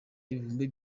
ibihumbi